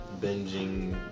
binging